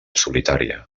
solitària